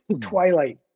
Twilight